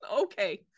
okay